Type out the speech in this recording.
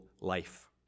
life